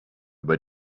über